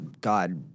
god